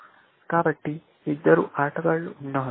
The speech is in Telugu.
కాబట్టి ఇద్దరు ఆటగాళ్ళు ఉన్నారు